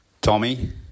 Tommy